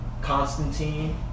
Constantine